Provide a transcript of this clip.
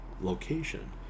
location